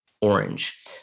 orange